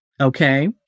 Okay